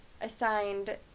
assigned